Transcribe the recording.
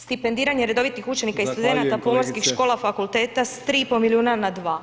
Stipendiranje redovitih učenika i studenata [[Upadica Brkić: Zahvaljujem kolegice.]] pomorskih škola, fakulteta s 3,5 milijuna na 2.